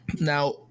Now